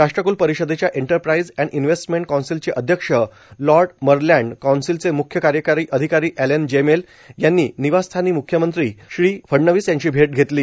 राष्ट्रक्ल परिषदेच्या enterprise and investment कौन्सिलचे अध्यक्ष लॉर्ड मरलॅण्ड कौन्सिलचे मुख्य कार्यकारी अधिकारी एलेन जेमेल यांनी निवासस्थानी म्ख्यमंत्री फडणवीस यांची भेट घेतली